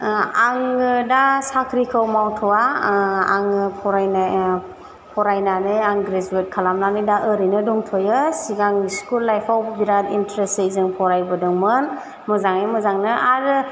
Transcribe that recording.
आङो दा साख्रिखौ मावथ'वा आङो फरायनाय फरायनानै आं ग्रेजुयेद खालामनानै दा ओरैनो दंथ'यो सिगां स्कुल लाइफाव बिराद इन्थ्रेसै जों फरायबोदोंमोन मोजाङै मोजांनो आरो